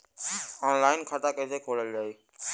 Online खाता कईसे खोलल जाई?